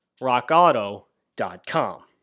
rockauto.com